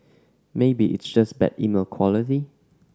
maybe it's just bad email quality